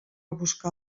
buscar